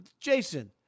Jason